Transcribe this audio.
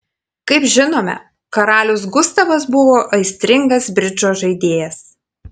kaip žinome karalius gustavas buvo aistringas bridžo žaidėjas